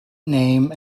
name